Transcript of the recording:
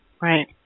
Right